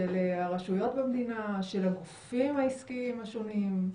של הרשויות במדינה, של הגופים העסקיים השונים.